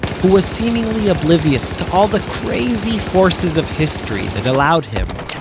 who was seemingly oblivious to all the crazy forces of history that allowed him,